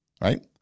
Right